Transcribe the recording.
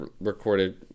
recorded